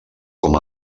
com